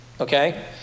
okay